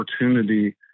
opportunity